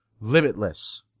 Limitless